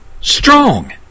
strong